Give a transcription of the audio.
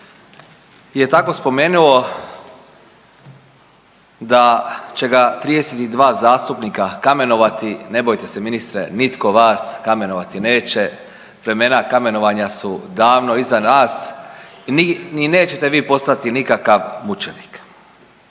je tako spomenuo da će ga 32 zastupnika kamenovati, ne bojte se, ministre, nitko vas kamenovati neće. Vremena kamenovanja su davno iza nas i ni nećete vi postati nikakav mučenik.